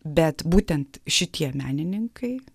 bet būtent šitie menininkai